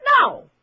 No